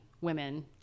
women